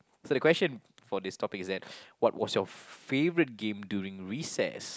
so the question for this topic is that what was your favorite game during recess